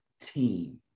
team